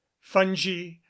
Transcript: fungi